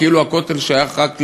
כאילו הכותל שייך רק לגברים.